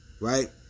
right